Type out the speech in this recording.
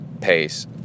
pace